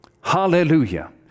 Hallelujah